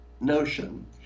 notion